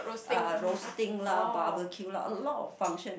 uh roasting lah barbecue lah a lot of function